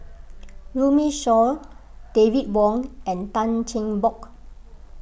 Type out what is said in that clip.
Runme Shaw David Wong and Tan Cheng Bock